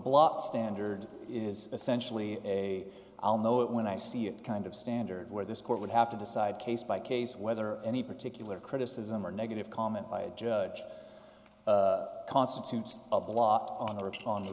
block standard is essentially a i'll know it when i see it kind of standard where this court would have to decide case by case whether any particular criticism or negative comment by a judge constitutes a blot on the on the